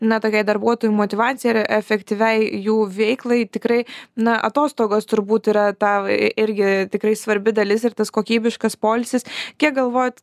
na tokiai darbuotojų motyvacijai efektyviai jų veiklai tikrai na atostogos turbūt yra tau irgi tikrai svarbi dalis ir tas kokybiškas poilsis kiek galvojat